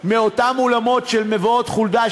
באותם אולמות של מבואות חולדה,